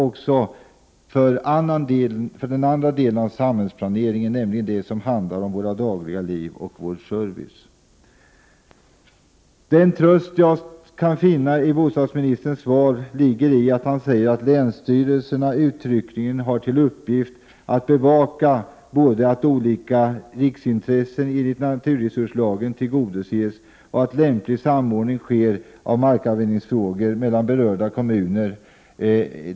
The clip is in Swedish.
Även för den andra delen av samhällsplaneringen, nämligen den som handlar om vårt dagliga liv och vår service är det dåligt. Den tröst jag kan finna i bostadsministerns svar ligger i att han säger att länsstyrelserna uttryckligen har till uppgift att bevaka både att olika riksintressen enligt naturresurslagen tillgodoses och att lämplig samordning sker i markanvändningsfrågor mellan berörda kommuner.